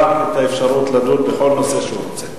את האפשרות לדון בכל נושא שהוא רוצה.